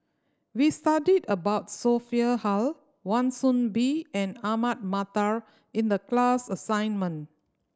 we studied about Sophia Hull Wan Soon Bee and Ahmad Mattar in the class assignment